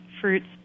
fruits